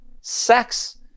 sex